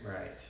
Right